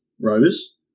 Rose